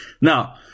Now